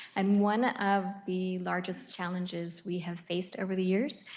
um one of the largest challenges we have faced over the years,